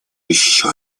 еще